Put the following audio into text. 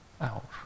out